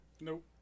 nope